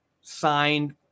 signed